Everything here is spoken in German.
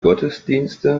gottesdienste